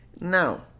Now